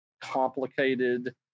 complicated